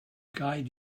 guide